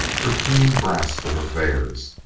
her keen grasp of affairs,